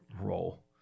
role